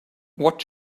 what